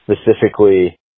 specifically